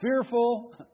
fearful